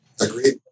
Agreed